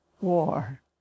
war